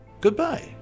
goodbye